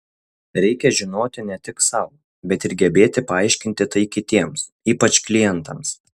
reikia žinoti ne tik sau bet ir gebėti paaiškinti tai kitiems ypač klientams